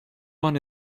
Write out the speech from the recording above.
one